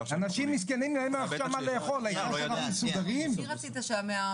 אנשים מסכנים ואין להם עכשיו מה לאכול העיקר שאנחנו מסודרים?